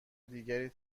دیگری